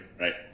right